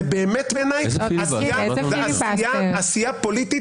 זה בעיניי זה באמת עשייה פוליטית.